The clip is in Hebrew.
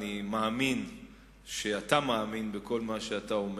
אני מאמין שאתה מאמין בכל מה שאתה אומר.